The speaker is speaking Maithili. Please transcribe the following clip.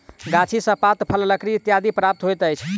गाछी सॅ पात, फल, लकड़ी इत्यादि प्राप्त होइत अछि